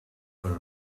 però